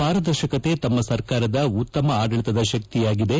ಪಾರದರ್ಶಕತೆ ತಮ್ಮ ಸರ್ಕಾರದ ಉತ್ತಮ ಆದಳಿತದ ಶಕ್ತಿಯಾಗಿದೆ